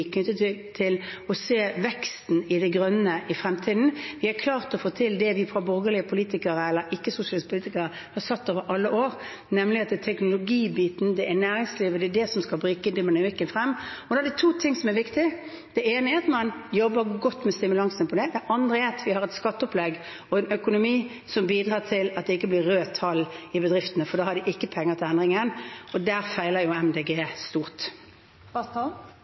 knyttet til teknologi, knyttet til å se veksten i det grønne i fremtiden. Vi har klart å få til det vi borgerlige politikere, eller ikke-sosialistiske politikere, har sagt i alle år, nemlig at det er teknologibiten og næringslivet som skal bringe dette frem. Og da er det to ting som er viktig: Det ene er at man jobber godt med stimulansen for det. Det andre er at vi har et skatteopplegg og en økonomi som bidrar til at det ikke blir røde tall i bedriftene, for da har de ikke penger til endringen, og der feiler jo Miljøpartiet De Grønne stort.